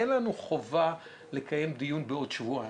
אין לנו חובה לקיים דיון בעוד שבועיים.